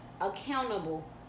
accountable